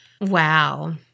wow